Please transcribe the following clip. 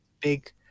big